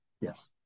yes